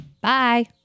Bye